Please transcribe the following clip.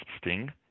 sting